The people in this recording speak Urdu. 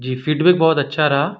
جی فیڈ بیک بہت اچّھا رہا